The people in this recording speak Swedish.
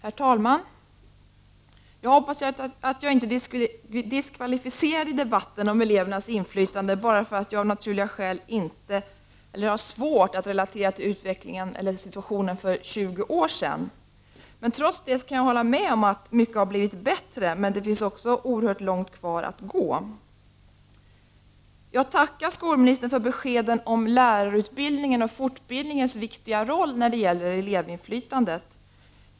Herr talman! Jag hoppas att jag inte är diskvalificerad i debatten om elevernas inflytande bara därför att jag av naturliga skäl har svårt att relatera till situationen för 20 år sedan. Jag kan hålla med om att mycket har blivit bättre, men det är oerhört långt kvar att gå. Jag tackar skolministern för beskeden om lärarutbildningen och fortbildningens viktiga roll när det gäller elevinflytandet.